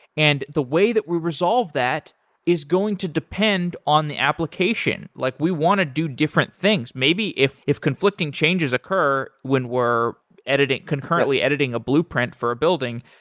and the way that we resolve that is going to depend on the application. like we want to do different things. maybe if if conflicting changes occur when we're concurrently editing a blueprint for a building,